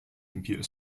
computer